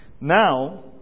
Now